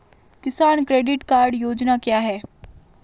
किसान credit card योजना क्या है?